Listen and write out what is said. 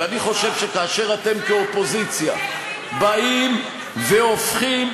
ואני חושב שכאשר אתם כאופוזיציה באים והופכים,